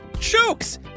jokes